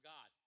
God